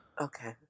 okay